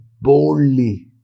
boldly